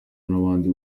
n’abandi